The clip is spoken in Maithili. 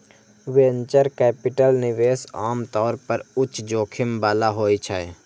वेंचर कैपिटल निवेश आम तौर पर उच्च जोखिम बला होइ छै